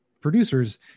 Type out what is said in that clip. producers